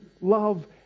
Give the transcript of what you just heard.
love